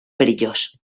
perillós